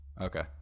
Okay